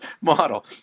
Model